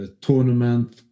tournament